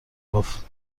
گفت